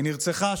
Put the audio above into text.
היא נרצחה שם,